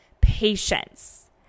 patience